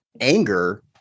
anger